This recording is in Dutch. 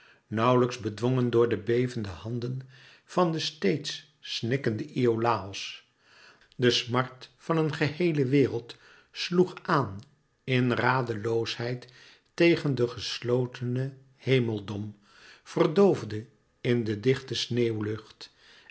nauwlijks bedwongen door de bevende handen van steeds snikkenden iolàos de smart van een geheele wereld sloeg aan in radeloosheid tegen den geslotenen hemeldom verdoofde in de dichte